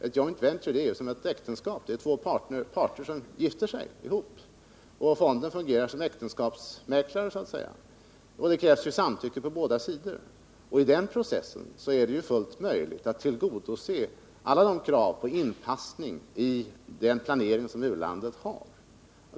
Ett joint venture är som ett äktenskap — det är två parter som gifter sig, och fonden fungerar som äktenskapsmäklare så att säga. Det krävs samtycke på båda sidor, och i den processen är det ju fullt möjligt att tillgodose alla de krav på inpassning i den planering som u-landet har.